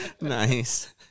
Nice